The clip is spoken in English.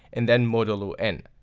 and then modulo n.